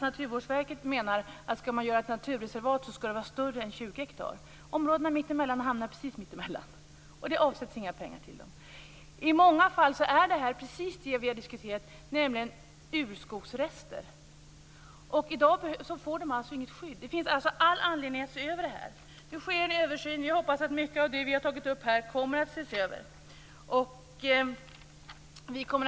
Naturvårdsverket däremot menar att skall man göra ett naturreservat, skall det vara större än 20 hektar. Områdena mittemellan hamnar alltså precis mittemellan. Inga pengar avsätts till dem. I många fall är det, precis som vi har diskuterat, fråga om urskogsrester. I dag får dessa alltså inget skydd. Således finns det all anledning att se över dessa saker. Nu sker en översyn och vi hoppas att mycket av det som vi här har tagit upp då ses över.